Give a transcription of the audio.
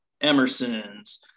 Emerson's